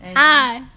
ah